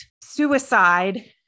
suicide